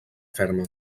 ferma